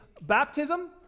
baptism